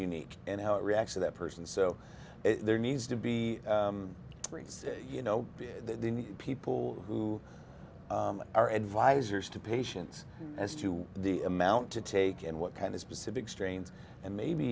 unique and how it reacts to that person so there needs to be you know the people who are advisers to patients as to the amount to take in what kind of specific strains and maybe